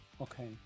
okay